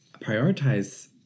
prioritize